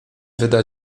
wyda